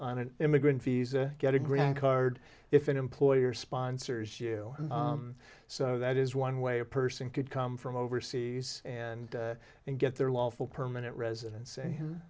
on an immigrant visa get a green card if an employer sponsors you so that is one way a person could come from overseas and and get their lawful permanent residenc